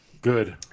Good